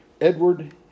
Edward